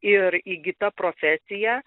ir įgyta profesija